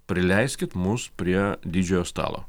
prileiskit mus prie didžiojo stalo